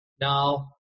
Now